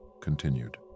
continued